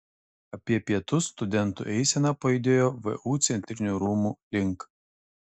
apie pietus studentų eisena pajudėjo vu centrinių rūmų link